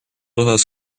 osas